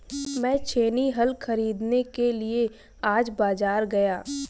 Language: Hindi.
मैं छेनी हल खरीदने के लिए आज बाजार गया